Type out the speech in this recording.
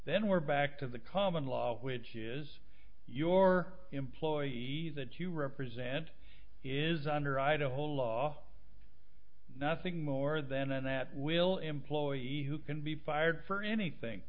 then we're back to the common law which is your employer he that you represent is under idaho law nothing more then and that will employee who can be fired for anything